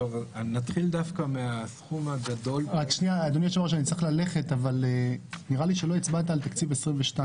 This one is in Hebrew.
אתחיל דווקא מהסכום הגדול שנמצא בסעיף 7,